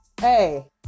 Hey